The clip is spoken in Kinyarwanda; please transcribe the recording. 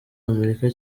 amerika